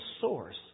source